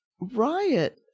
Riot